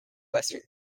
western